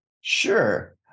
Sure